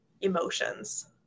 emotions